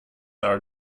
are